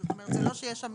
זאת אומרת שלא שיש שם